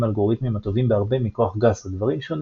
אלגוריתמים הטובים בהרבה מכוח גס הדברים שונים.